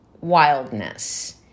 wildness